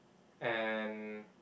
and